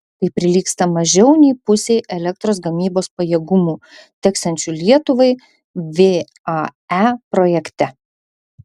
tai prilygsta mažiau nei pusei elektros gamybos pajėgumų teksiančių lietuvai vae projekte